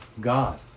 God